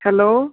hello